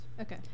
Okay